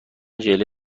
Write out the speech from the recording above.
ژله